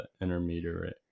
Intermediary